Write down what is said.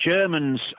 Germans